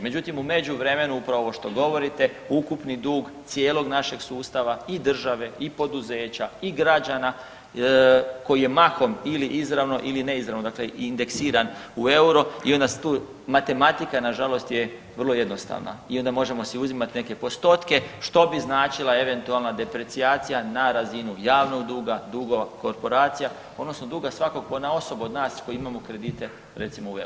Međutim u međuvremenu upravo ovo što govorite upravni dug cijelog našeg sustava i države i poduzeća i građana koji je mahom ili izravno ili neizravno dakle indeksiran u EUR-o i onda se tu, matematika nažalost je vrlo jednostavna i onda možemo si uzimati neke postotke što bi značila eventualna deprecijacija na razinu javnog duga, duga od korporacija odnosno duga svakog ponaosob od nas koji imamo kredite recimo u EUR-ima.